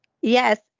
Yes